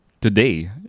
today